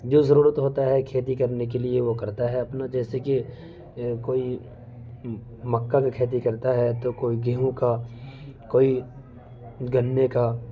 جو ضرورت ہوتا ہے کھیتی کرنے کے لیے وہ کرتا ہے اپنا جیسے کہ کوئی مکا کی کھیتی کرتا ہے تو کوئی گیہوں کا کوئی گنے کا